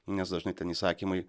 nes dažnai ten įsakymai